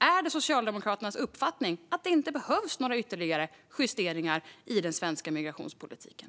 Är det Socialdemokraternas uppfattning att det inte behövs några ytterligare justeringar i den svenska migrationspolitiken?